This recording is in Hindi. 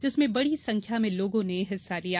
जिसमें बड़ी संख्या में लोगों ने हिस्सा लिया